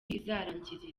izarangirira